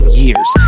years